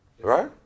right